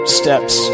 steps